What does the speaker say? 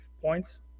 points